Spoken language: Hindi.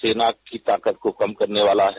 सेना की ताकत को कम करने वाला है